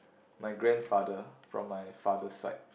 my grandfather from my father's side